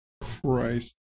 christ